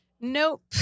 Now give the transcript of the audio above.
Nope